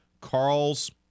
Carl's